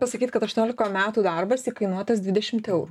pasakyt kad aštuoniolika metų darbas įkainotas dvidešimt eurų